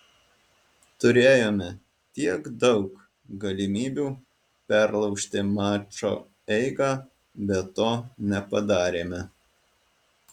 turėjome tiek daug galimybių perlaužti mačo eigą bet to nepadarėme